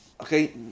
okay